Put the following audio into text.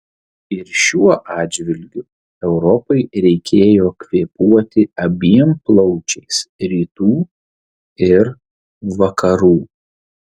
ir šiuo atžvilgiu europai reikėjo kvėpuoti abiem plaučiais rytų ir vakarų